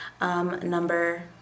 number